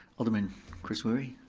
alderman chris wery?